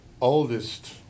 oldest